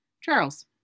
Charles